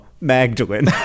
magdalene